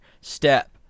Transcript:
step